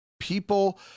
People